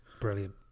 Brilliant